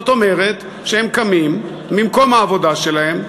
זאת אומרת שהם קמים ממקום העבודה שלהם,